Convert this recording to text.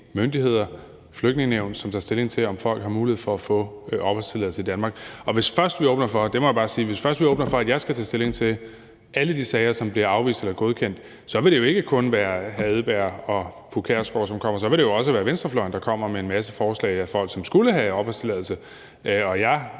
myndigheder, Flygtningenævnet, som tager stilling til, om folk har mulighed for at få opholdstilladelse i Danmark. Og jeg må sige, at hvis først vi åbner for, at jeg skal tage stilling til alle de sager, som bliver afvist eller godkendt, vil det jo ikke kun være hr. Kim Edberg Andersen og fru Pia Kjærsgaard, som kommer, for så vil det også være venstrefløjen, der kommer med en masse forslag om folk, som skulle have opholdstilladelse. For